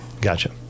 Gotcha